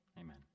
Amen